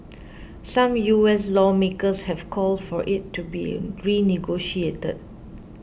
some U S lawmakers have called for it to be renegotiated